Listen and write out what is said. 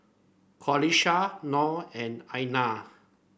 Qalisha Noh and Aina